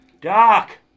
Doc